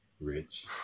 Rich